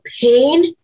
pain